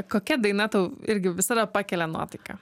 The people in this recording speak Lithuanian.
kokia daina tau irgi visada pakelia nuotaiką